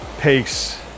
pace